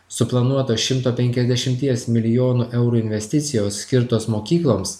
suplanuotos šimto penkiasdešimties milijonų eurų investicijos skirtos mokykloms